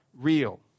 real